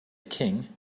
king